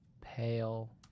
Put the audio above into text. pale